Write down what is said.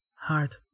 hard